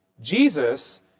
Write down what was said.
Jesus